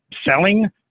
selling